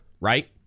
right